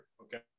Okay